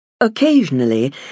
Occasionally